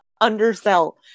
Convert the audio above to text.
undersell